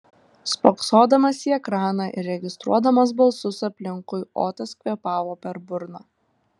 spoksodamas į ekraną ir registruodamas balsus aplinkui otas kvėpavo per burną